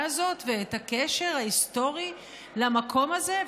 הזאת ואת הקשר ההיסטורי למקום הזה,